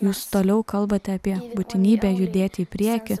mes toliau kalbate apie būtinybę judėti į priekį